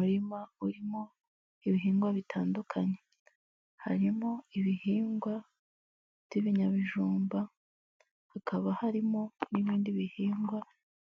urima urimo ibihingwa bitandukanye, harimo ibihingwa by'ibinyabijumba, hakaba harimo n'ibindi bihingwa